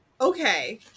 Okay